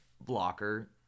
blocker